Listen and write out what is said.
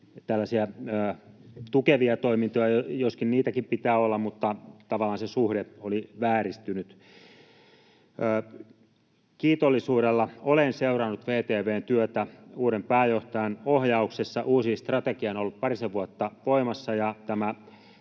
tällaisia tukevia toimintoja — joskin niitäkin pitää olla, mutta tavallaan se suhde oli vääristynyt. Kiitollisuudella olen seurannut VTV:n työtä uuden pääjohtajan ohjauksessa. Uusi strategia on ollut parisen vuotta voimassa,